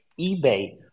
eBay